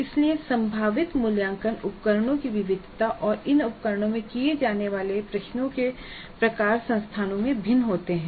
इसलिए संभावित मूल्यांकन उपकरणों की विविधता और इन उपकरणों में जाने वाले प्रश्नों के प्रकार संस्थानों में भिन्न होते हैं